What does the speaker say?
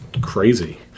crazy